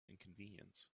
inconvenience